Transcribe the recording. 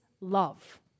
love